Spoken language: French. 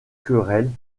querelles